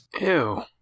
Ew